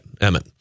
Emmett